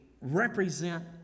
represent